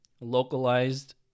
localized